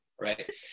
right